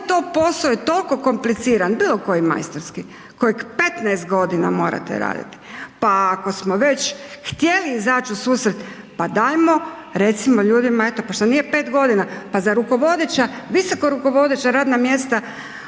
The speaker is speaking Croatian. to posao je toliko kompliciran, bilo koji majstorski kojeg 15 godina morate raditi? Pa ako smo već htjeli izaći ususret, pa dajmo, recimo ljudi, eto, pa što nije 5 godina, pa zar rukovodeća, visoka rukovodeća radna mjesta,